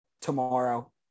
tomorrow